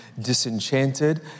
disenchanted